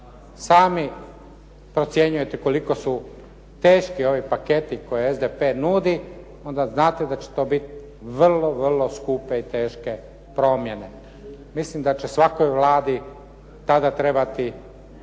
Sami procjenjujete koliko su teški ovi paketi koje SDP nudi, onda znate da će to biti vrlo skupe i teške promjene. Mislim da će svakoj Vladi tada trebati